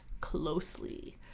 closely